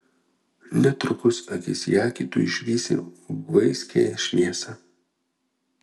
netrukus akis į akį tu išvysi vaiskiąją šviesą